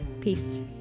Peace